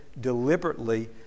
deliberately